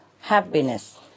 happiness